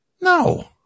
No